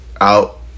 out